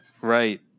Right